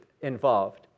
involved